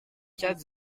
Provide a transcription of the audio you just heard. quatre